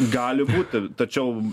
gali būti tačiau